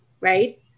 Right